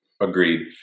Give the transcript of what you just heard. Agreed